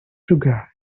sugar